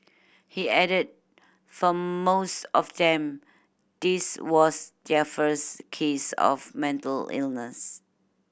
he added for most of them this was their first case of mental illness